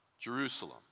Jerusalem